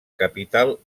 capital